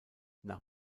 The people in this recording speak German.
nach